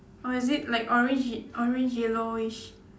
or is it like orange ye~ orange yellowish